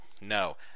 No